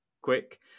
quick